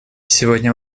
сегодня